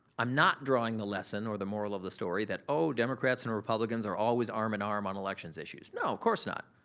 i'm not drawing the lesson or the moral of the story that oh, democrats and republicans are always arm in arm on elections issues. no, of course not.